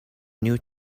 new